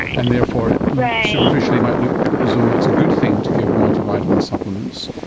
and therefore it superficially might look as though it's a good thing to give multivitamin supplements.